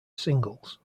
singles